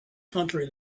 country